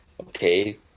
okay